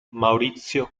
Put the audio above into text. maurizio